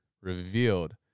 revealed